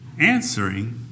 Answering